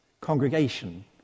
congregation